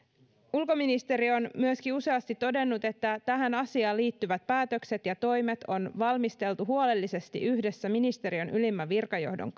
ulkoministeri on myöskin useasti todennut että tähän asiaan liittyvät päätökset ja toimet on valmisteltu huolellisesti yhdessä ministeriön ylimmän virkajohdon